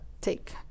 take